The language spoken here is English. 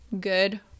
Good